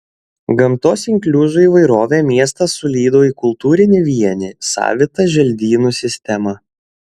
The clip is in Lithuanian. gamtos inkliuzų įvairovę miestas sulydo į kultūrinį vienį savitą želdynų sistemą